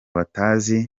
batazi